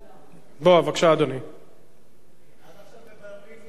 עד עכשיו מבררים מי האתון ומי